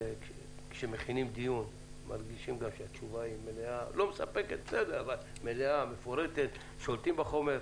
כשמכינים דיון מרגישים שהתשובה היא מלאה ומפורטת תוך שליטה בחומר.